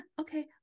okay